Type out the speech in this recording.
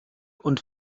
und